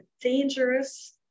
dangerous